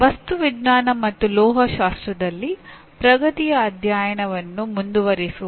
ವಸ್ತು ವಿಜ್ಞಾನ ಮತ್ತು ಲೋಹಶಾಸ್ತ್ರದಲ್ಲಿ ಪ್ರಗತಿಯ ಅಧ್ಯಯನವನ್ನು ಮುಂದುವರಿಸುವುದು